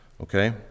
Okay